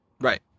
Right